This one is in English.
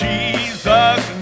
Jesus